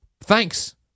Thanks